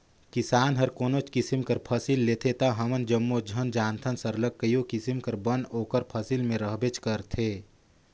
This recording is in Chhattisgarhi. किसान हर कोनोच किसिम कर फसिल लेथे ता हमन जम्मो झन जानथन सरलग कइयो किसिम कर बन ओकर फसिल में रहबेच करथे